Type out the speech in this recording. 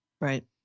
Right